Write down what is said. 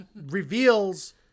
reveals